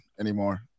anymore